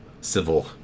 civil